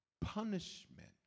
punishment